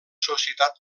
societat